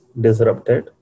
disrupted